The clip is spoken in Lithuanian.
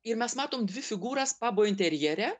ir mes matom dvi figūras pabo interjere